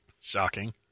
Shocking